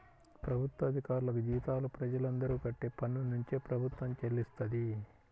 ప్రభుత్వ అధికారులకు జీతాలు ప్రజలందరూ కట్టే పన్నునుంచే ప్రభుత్వం చెల్లిస్తది